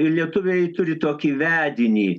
lietuviai turi tokį vedinį